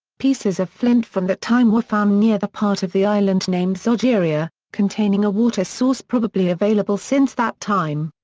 pieces of flint from that time were found near the part of the island named zogeria, containing a water source probably available since that time.